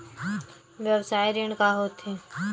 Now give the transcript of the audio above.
व्यवसाय ऋण का होथे?